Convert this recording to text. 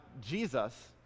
Jesus